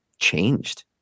changed